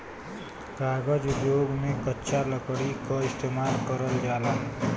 कागज उद्योग में कच्चा लकड़ी क इस्तेमाल करल जाला